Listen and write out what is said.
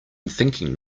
thinking